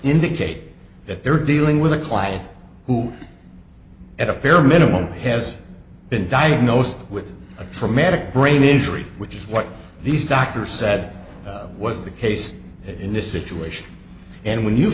indicate that they're dealing with a client who at a bare minimum has been diagnosed with a traumatic brain injury which is what these doctors said was the case in this situation and when you